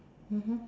mmhmm